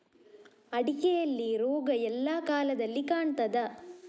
ಅಡಿಕೆಯಲ್ಲಿ ರೋಗ ಎಲ್ಲಾ ಕಾಲದಲ್ಲಿ ಕಾಣ್ತದ?